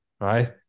right